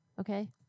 Okay